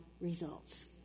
results